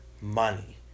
money